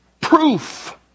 proof